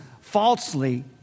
falsely